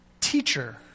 Teacher